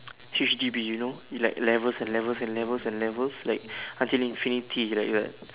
H_D_B you know it like levels and levels and levels and levels like until infinity like like